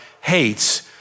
hates